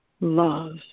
love